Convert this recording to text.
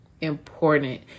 important